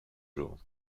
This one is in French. jour